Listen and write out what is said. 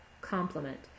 complement